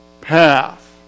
path